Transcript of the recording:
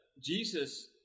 Jesus